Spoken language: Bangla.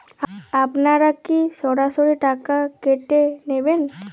আপনারা কি সরাসরি টাকা কেটে নেবেন?